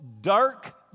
dark